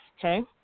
okay